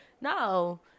no